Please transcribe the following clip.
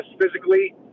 physically